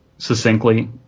succinctly